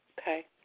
Okay